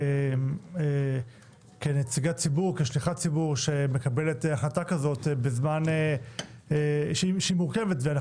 שכנציגת ציבור שמקבלת החלטה מורכבת כזאת ואנחנו